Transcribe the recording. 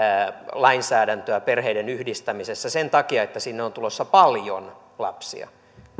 lainsäädäntöä perheiden yhdistämisessä sen takia että sinne on tulossa paljon lapsia